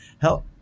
help